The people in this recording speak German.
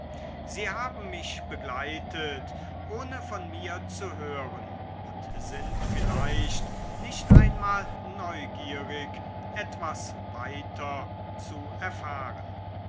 sie haben mich begleitet ohne von mir zu hören und sind vielleicht nicht einmal neugierig etwas weiter zu erfahren